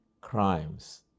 crimes